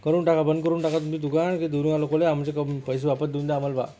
करून टाका बंद करून टाका तुमचे दुकान की दुरून आले लोकाला आमचे कप् पैसे वापस देऊन द्या आम्हाला बा